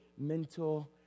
mental